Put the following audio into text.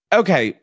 okay